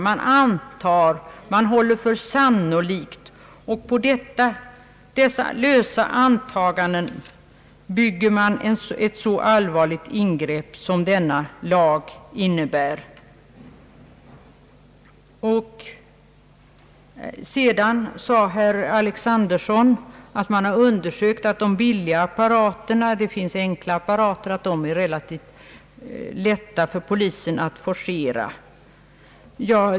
Man antar, man håller för sannolikt, och på dessa lösa antaganden bygger man ett så allvarligt ingrepp som denna lag innebär. Sedan sade herr Alexanderson att man har funnit att det är relativt lätt för polisen att forcera de billiga apparaterna — det finns enkla apparater.